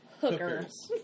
hookers